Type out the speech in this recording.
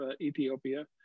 Ethiopia